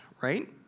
right